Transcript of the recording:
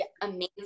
amazing